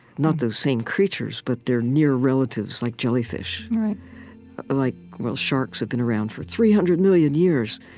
not those same creatures, but their near relatives, like jellyfish like well, sharks have been around for three hundred million years